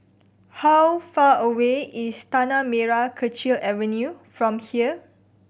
how far away is Tanah Merah Kechil Avenue from here